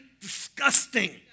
disgusting